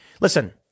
Listen